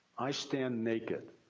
i stand naked,